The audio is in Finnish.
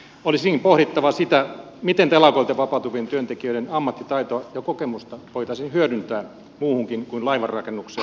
olisikin pohdittava sitä miten telakoilta vapautuvien työntekijöiden ammattitaitoa ja kokemusta voitaisiin hyödyntää muuhunkin kuin laivanrakennukseen